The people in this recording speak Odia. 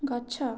ଗଛ